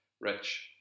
Rich